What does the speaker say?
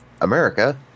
America